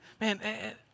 man